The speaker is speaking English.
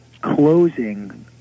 closing